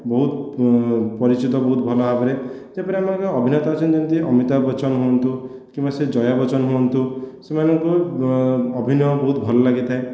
ବହୁତ ପରିଚିତ ବହୁତ ଭଲ ଭାବରେ ଯେପରି ଆମର ଏକ ଅଭିନେତା ଅଛନ୍ତି ଅମିତା ବଚ୍ଚନ ହୁଅନ୍ତୁ କିମ୍ବା ସେ ଜୟା ବଚ୍ଚନ ହୁଅନ୍ତୁ ସେମାନଙ୍କ ଅଭିନୟ ବହୁତ ଭଲ ଲାଗିଥାଏ